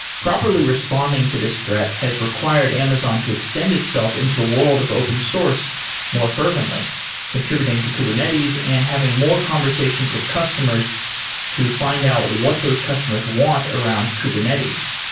properly responding to this threat has required amazon to extend itself into the world of open source more fervently contributing to kubernetes and having more conversations with customers to find out what those customers want around kubernetes.